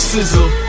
Sizzle